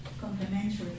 complementary